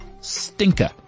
stinker